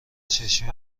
چشمی